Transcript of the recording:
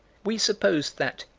we suppose that,